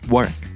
Work